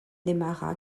démarra